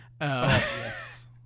Yes